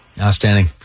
Outstanding